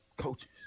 Coaches